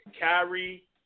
Kyrie